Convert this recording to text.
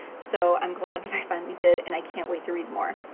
so i'm glad that i finally did, and i can't wait to read more.